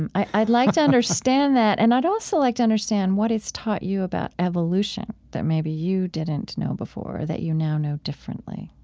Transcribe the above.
and i'd like to understand that and i'd also like to understand what it's taught you about evolution that maybe you didn't know before, that you now know differently